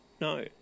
No